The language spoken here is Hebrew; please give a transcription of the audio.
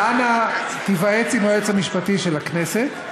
אז אנא, תתייעץ עם היועץ המשפטי של הכנסת.